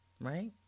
Right